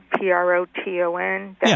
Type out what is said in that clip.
Proton